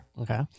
Okay